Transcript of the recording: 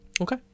Okay